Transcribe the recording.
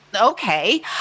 Okay